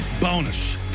bonus